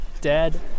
dead